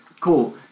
cool